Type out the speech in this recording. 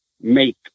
make